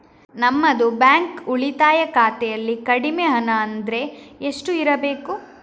ನಮ್ಮದು ಬ್ಯಾಂಕ್ ಉಳಿತಾಯ ಖಾತೆಯಲ್ಲಿ ಕಡಿಮೆ ಹಣ ಅಂದ್ರೆ ಎಷ್ಟು ಇರಬೇಕು?